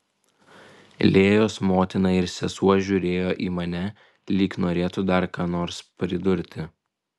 lėjos motina ir sesuo žiūrėjo į mane lyg norėtų dar ką nors pridurti